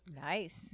Nice